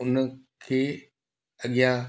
उन खे अॻियां